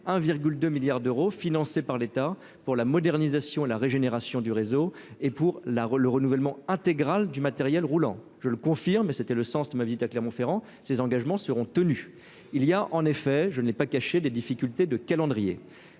2 milliards d'euros financé par l'État pour la modernisation, la régénération du réseau et pour la art le renouvellement intégral du matériel roulant, je le confirme, mais c'était le sens de ma visite à Clermont-Ferrand, ces engagements seront tenus il y a, en effet, je n'ai pas caché, des difficultés de calendrier